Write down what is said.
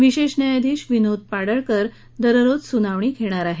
विशेष न्यायाधीश विनोद पाडळकर दररोज सुनावणी घेतील